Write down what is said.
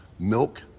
milk